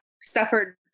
suffered